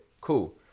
Cool